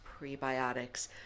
prebiotics